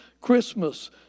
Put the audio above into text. Christmas